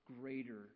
greater